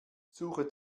suche